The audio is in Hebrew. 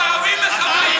אתה אוטומטית, שהערבים מחבלים.